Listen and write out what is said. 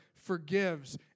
forgives